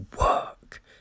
work